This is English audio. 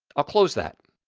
i'll close that.